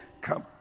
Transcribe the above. come